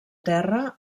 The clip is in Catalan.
terra